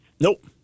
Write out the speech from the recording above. Nope